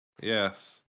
Yes